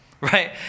Right